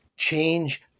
Change